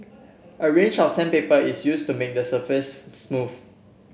a range of sandpaper is used to make the surface smooth